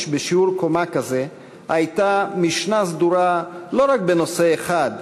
בשיעור קומה כזה הייתה משנה סדורה לא רק בנושא אחד,